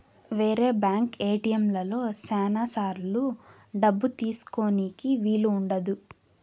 వేరే బ్యాంక్ ఏటిఎంలలో శ్యానా సార్లు డబ్బు తీసుకోనీకి వీలు ఉండదు